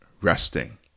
resting